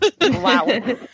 Wow